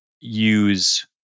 use